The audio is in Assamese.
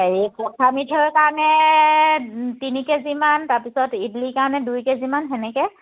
হেৰি কেঁচা মিঠৈৰ কাৰণে তিনি কেজিমান তাৰ পিছত ইদলীৰ কাৰণে দুই কেজিমান সেনেকৈ